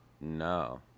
No